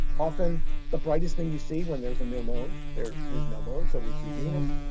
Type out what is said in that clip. often the brightest thing you see when there's a new moon. there is no moon, so we see venus.